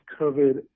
COVID